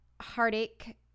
heartache